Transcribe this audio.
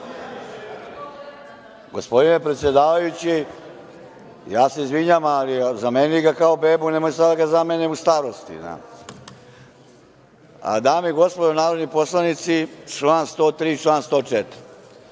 Gospodine predsedavajući, ja se izvinjavam, ali ga zamenili kao bebu, nemoj sada da ga zamene u starosti. Dame i gospodo narodni poslanici, član 103. i 104,